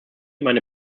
meine